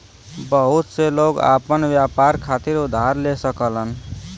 बहुत से लोग आपन व्यापार खातिर उधार ले सकलन